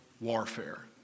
warfare